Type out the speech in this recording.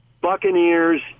Buccaneers